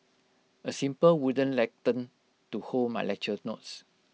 A simple wooden lectern to hold my lecture notes